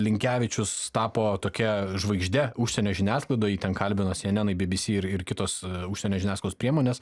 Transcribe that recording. linkevičius tapo tokia žvaigžde užsienio žiniasklaidoj jį ten kalbino sienenai bbc ir kitos užsienio žiniasklaidos priemonės